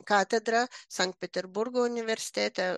katedrą sankt peterburgo universitete